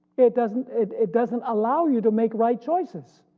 it doesn't it doesn't allow you to make right choices,